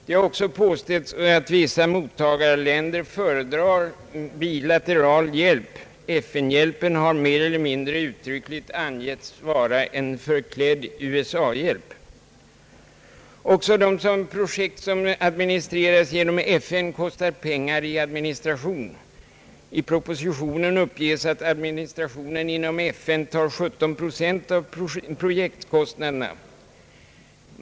Det har också påståtts att vissa mottagarländer föredrar bilateral hjälp — FN-hjälpen har mer eller mindre uttryckligt angetts vara en förklädd USA hjälp. Också de projekt som administreras genom FN kostar pengar i administration. I propositionen uppges att administrationen inom FN tar 17 procent av projektkostnaderna.